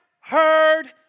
heard